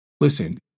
Listen